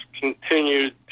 continued